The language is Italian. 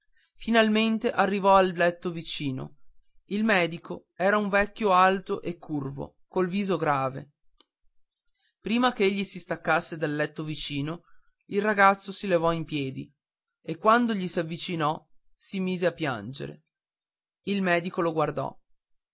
finalmente arrivò al letto vicino il medico era un vecchio alto e curvo col viso grave prima ch'egli si staccasse dal letto vicino il ragazzo si levò in piedi e quando gli s'avvicinò si mise a piangere il medico lo guardò